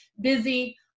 busy